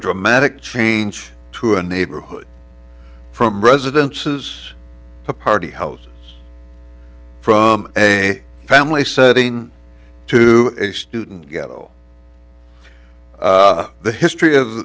dramatic change to a neighborhood from residences to party house from a family setting to a student ghetto the history of